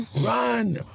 run